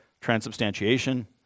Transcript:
transubstantiation